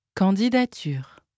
Candidature